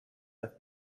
have